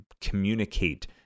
communicate